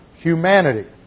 humanity